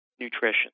nutrition